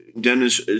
Dennis